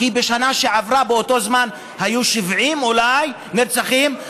כי בשנה שעברה באותו זמן היו אולי 70 נרצחים,